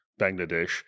Bangladesh